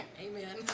Amen